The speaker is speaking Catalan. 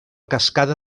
cascada